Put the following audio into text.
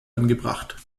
angebracht